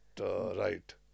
right